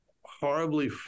horribly